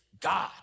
God